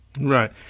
Right